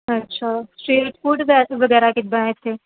ਅੱਛਾ street food ਬੈਸ ਵਗੈਰਾ ਕਿੱਦਾਂ ਇੱਥੇ